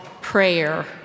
prayer